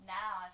now